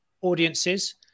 audiences